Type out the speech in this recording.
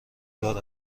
دار